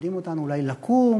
מלמדים אותנו אולי לקום,